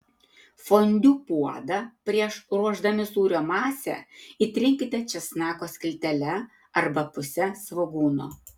fondiu puodą prieš ruošdami sūrio masę įtrinkite česnako skiltele arba puse svogūno